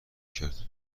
کرد